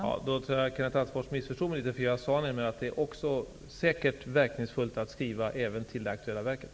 Fru talman! Jag tror att Kenneth Attefors missförstod mig litet. Jag sade nämligen att det säkert är verkningsfullt att skriva ett brev även till det aktuella verket.